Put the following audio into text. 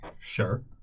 Sure